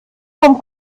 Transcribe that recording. vom